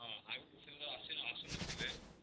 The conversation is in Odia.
ହଁ ଆଓସିଲ ର ଆସି ଆସୁନଥିଲେ